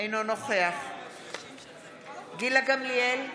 אינו נוכח גילה גמליאל,